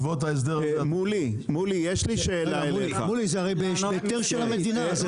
מולי, זה הרי בהיתר של המדינה.